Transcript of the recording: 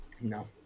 No